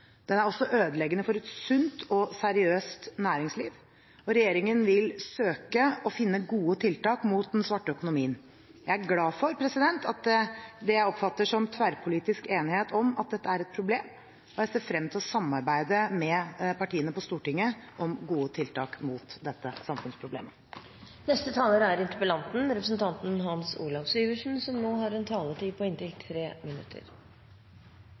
Den er også ødeleggende for et sunt og seriøst næringsliv. Regjeringen vil søke å finne gode tiltak mot den svarte økonomien. Jeg er glad for det jeg oppfatter som tverrpolitisk enighet om at dette er et problem, og jeg ser frem til å samarbeide med partiene på Stortinget om gode tiltak mot dette samfunnsproblemet. I den beskrivelsen finansministeren ga, tror jeg jeg kan slutte meg til svært, svært mye – kanskje alt. Jeg er ikke så sikker på